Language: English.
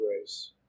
grace